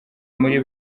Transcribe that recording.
muri